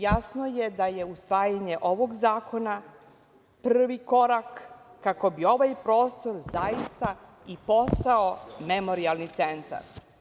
Jasno je da je usvajanje ovog zakona prvi korak kako bi ovaj prostor zaista i postao memorijalni centar.